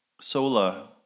sola